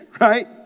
Right